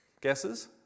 guesses